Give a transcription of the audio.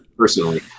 personally